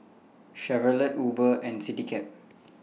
Chevrolet Uber and Citycab